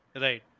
Right